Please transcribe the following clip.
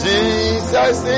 Jesus